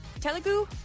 Telugu